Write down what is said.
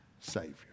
Savior